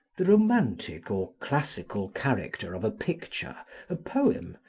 the romantic or classical character of a picture a poem,